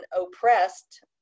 oppressed